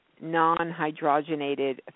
non-hydrogenated